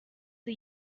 the